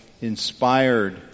inspired